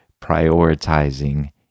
prioritizing